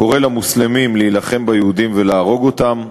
קורא למוסלמים להילחם ביהודים ולהרוג אותם.